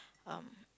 um